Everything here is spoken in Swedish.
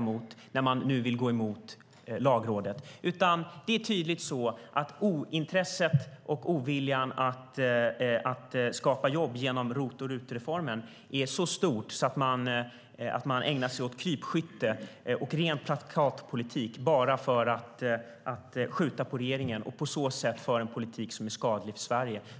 mot när man nu vill gå emot Lagrådet, utan det är tydligt så att ointresset och oviljan att skapa jobb genom ROT och RUT-reformen är så stort att man ägnar sig åt krypskytte och ren plakatpolitik bara för att skjuta på regeringen och på så sätt föra en politik som är skadlig för Sverige.